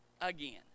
again